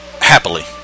happily